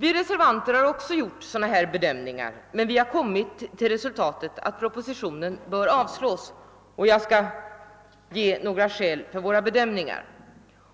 Vi reservanter har också gjort sådana här bedömningar, men vi har kommit till resultatet att propositionen bör avslås. Jag skall ge några skäl för våra bedömningar.